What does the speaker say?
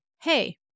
Hey